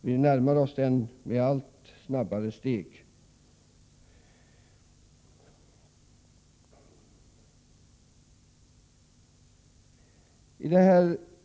Vi närmar oss den med allt snabbare steg.